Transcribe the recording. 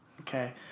Okay